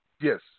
Yes